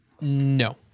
No